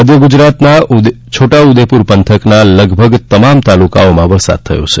મધ્ય ગુજરાતના છોટાઉદેપુર પંથકના લગભગ તમામ તાલુકામાં વરસાદ થયો છે